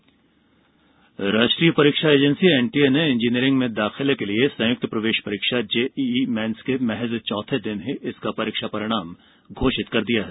JEE परिणाम राष्ट्रीय परीक्षा एजेंसी एनटीए ने इंजीनियरिंग में दाखिले के लिए संयुक्त प्रवेश परीक्षा जेईई मेन्स के महज़ चौथे दिन ही इसका परिणाम घोषित कर दिया है